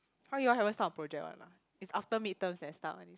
!huh! you all haven't start on project one ah is after midterms then start one is it